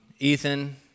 Ethan